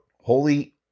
holy